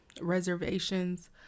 reservations